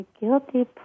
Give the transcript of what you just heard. guilty